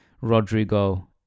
rodrigo